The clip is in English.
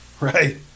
Right